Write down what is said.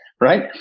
right